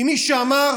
ממי שאמר: